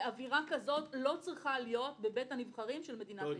ואווירה כזו לא צריכה להיות בבית הנבחרים של מדינת היהודים.